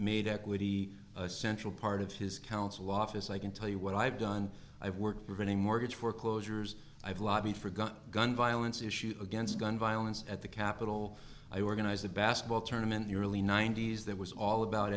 made equity a central part of his council office i can tell you what i've done i've worked for a mortgage foreclosures i've lobbied for got gun violence issues against gun violence at the capitol i organized a basketball tournament the early ninety's that was all about